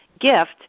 gift